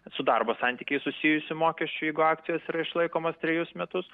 su darbo santykiais susijusių mokesčių jeigu akcijos yra išlaikomos trejus metus